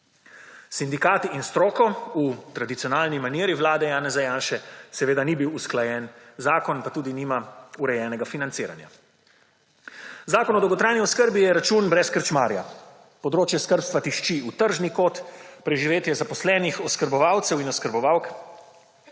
sindikati in stroko v tradicionalni maniri vlade Janeza Janše, seveda ni bil usklajen, zakon pa tudi nima urejenega financiranja. Zakon o dolgotrajni oskrbi je račun brez krčmarja. Področje skrbstva tišči v tržni kot, preživetje zaposlenih oskrbovalcev in oskrbovalk